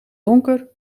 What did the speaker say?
donker